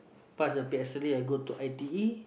pass the p_s_l_e I go to i_t_e